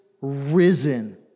risen